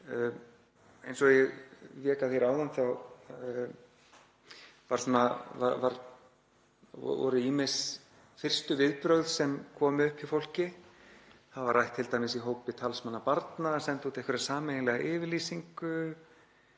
Eins og ég vék að hér áðan voru ýmis fyrstu viðbrögð sem komu upp hjá fólki. Það var rætt t.d. í hópi talsmanna barna að senda út einhverja sameiginlega yfirlýsingu